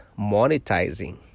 monetizing